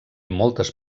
moltes